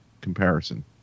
Comparison